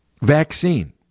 vaccine